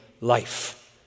life